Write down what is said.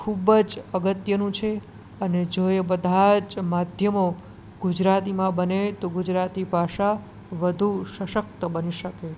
એ ખૂબ જ અગત્યનું છે અને જો એ બધાં જ માધ્યમો ગુજરાતીમાં બને તો ગુજરાતી ભાષા વધુ સશક્ત બની શકે